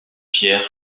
pierre